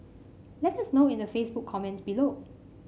let us know in the Facebook comments below